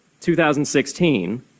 2016